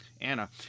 Anna